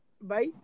Bye